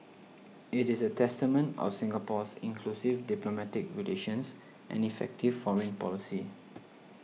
it is a testament of Singapore's inclusive diplomatic relations and effective foreign policy